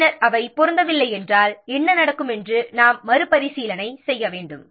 பின்னர் அவை பொருந்தவில்லை என்றால் என்ன நடக்கும் என்று நாம் மறுபரிசீலனை செய்ய வேண்டும்